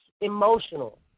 emotional